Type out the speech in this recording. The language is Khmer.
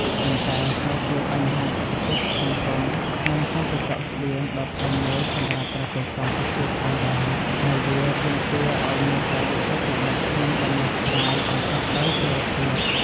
ប៉ុន្តែក៏ជាបញ្ហាសេដ្ឋកិច្ច សង្គម និងសន្តិសុខស្បៀងដ៏ធំមួយសម្រាប់ប្រទេសកម្ពុជាផងដែរ ហើយវាទាមទារឱ្យមានការយកចិត្តទុកដាក់ និងដំណោះស្រាយប្រកបដោយចីរភាព។